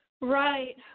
Right